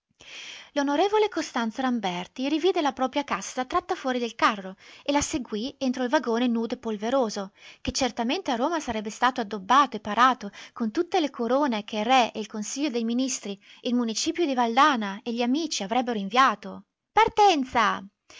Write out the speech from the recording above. l'on costanzo ramberti rivide la propria cassa tratta fuori del carro e la seguì entro il vagone nudo e polveroso che certamente a roma sarebbe stato addobbato e parato con tutte le corone che il re e il consiglio dei ministri il municipio di valdana e gli amici avrebbero inviato partenza